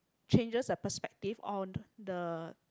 changes the perspective on the